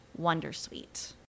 wondersuite